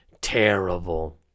terrible